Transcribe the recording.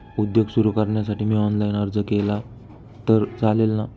उद्योग सुरु करण्यासाठी मी ऑनलाईन अर्ज केला तर चालेल ना?